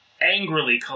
angrily